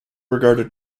regarded